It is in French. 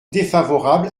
défavorables